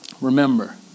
remember